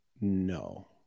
No